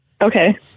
okay